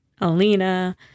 Alina